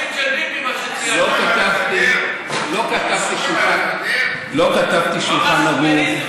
לא כתבתי שולחן ערוך,